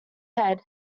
head